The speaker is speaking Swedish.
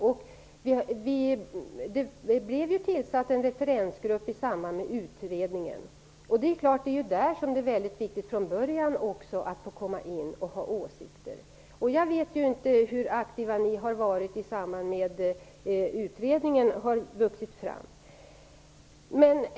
En referensgrupp tillsattes ju i samband med utredningen, och självfallet är det viktigt att man från början kommer in i den och får uttrycka sina åsikter. Jag vet inte hur aktiva ni har varit under det att utredningen vuxit fram.